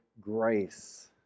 grace